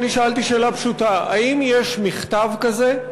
אני שאלתי שאלה פשוטה: האם יש מכתב כזה?